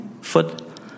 foot